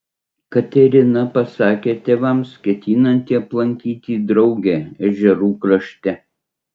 katerina pasakė tėvams ketinanti aplankyti draugę ežerų krašte